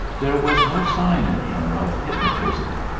there was no sign in him of hypnotism.